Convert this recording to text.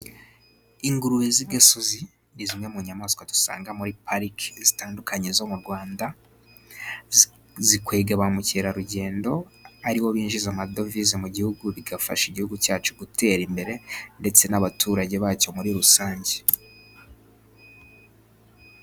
Ingurube z'igasozi ni zimwe mu nyamaswa dusanga muri pariki zitandukanye zo mu Rwanda. Zikurura ba mukerarugendo aribo binjiza amadovize mu gihugu, bigafasha igihugu cyacu gutera imbere, ndetse n'abaturage bacyo muri rusange.